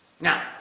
Now